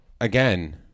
again